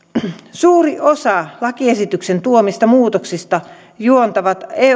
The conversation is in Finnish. suuri osa lakiesityksen tuomista muutoksista juontaa